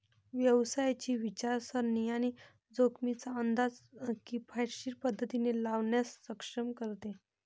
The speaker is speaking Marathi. व्यवसायाची विचारसरणी आणि जोखमींचा अंदाज किफायतशीर पद्धतीने लावण्यास सक्षम करते